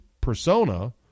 persona